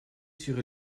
sur